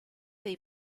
dei